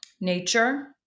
nature